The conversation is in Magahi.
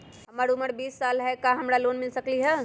हमर उमर बीस साल हाय का हमरा लोन मिल सकली ह?